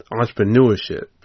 entrepreneurship